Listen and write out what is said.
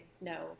no